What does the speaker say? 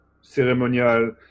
ceremonial